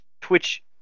Twitch